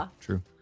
true